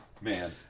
Man